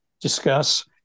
discuss